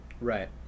Right